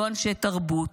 לא אנשי תרבות.